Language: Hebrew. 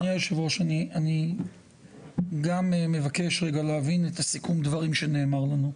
אדוני היו"ר אני גם מבקש רגע להבין את סיכום הדברים שנאמרו לנו כאן.